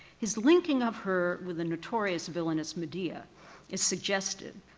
his linking of her with the notorious villainous medea is suggestive.